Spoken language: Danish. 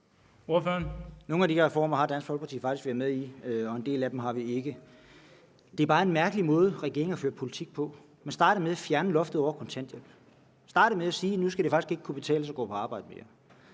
Nogle af de her reformer har Dansk Folkeparti faktisk været med i, og en del af dem har vi ikke. Det er bare en mærkelig måde, regeringen fører politik på. Man starter med at fjerne loftet over kontanthjælpen, starter med at sige, at nu skal det faktisk ikke mere kunne betale sig at gå på arbejde.